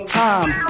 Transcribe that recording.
time